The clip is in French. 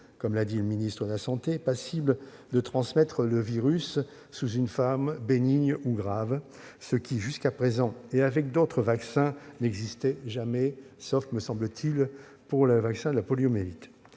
vaccinées seront ou non passibles de transmettre le virus sous une forme bénigne ou grave, ce qui, jusqu'à présent et avec d'autres vaccins, n'existait jamais, sauf, me semble-t-il, pour le vaccin contre la poliomyélite.